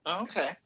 okay